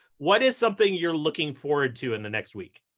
what is something you're looking forward to in the next week?